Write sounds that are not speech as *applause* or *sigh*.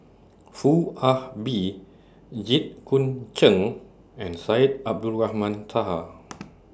Foo Ah Bee Jit Koon Ch'ng and Syed Abdulrahman Taha *noise*